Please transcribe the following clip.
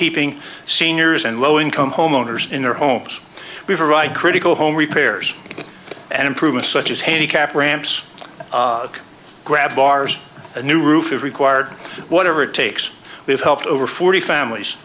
keeping seniors and low income homeowners in their homes we are right critical home repairs and improvements such as handicapped ramps grab bars a new roof of required whatever it takes we've helped over forty families